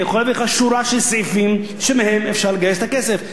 אני יכול להביא לך שורה של סעיפים שמהם אפשר לגייס את הכסף.